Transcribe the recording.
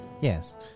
Yes